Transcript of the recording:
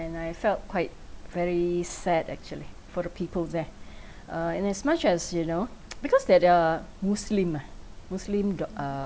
~nd I felt quite very sad actually for the people there uh and as much as you know because they they're muslim ah muslim do~ uh